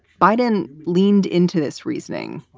biden leaned into this reasoning,